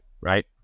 right